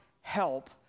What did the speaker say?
help